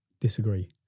Disagree